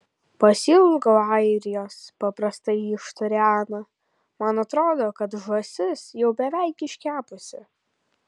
pasiilgau airijos paprastai ištarė ana man atrodo kad žąsis jau beveik iškepusi